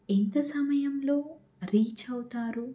ఎంత సమయంలో రీచ్ అవుతారు